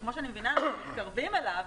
שכמו שאני מבינה אנחנו מתקרבים אליו,